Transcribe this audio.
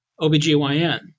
OBGYN